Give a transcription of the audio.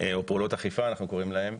או פעולות אכיפה אנחנו קוראים להם.